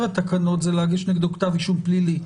התקנות זה להגיש נגדו כתב אישום פלילי.